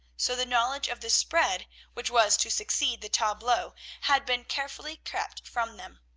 so the knowledge of the spread which was to succeed the tableaux had been carefully kept from them.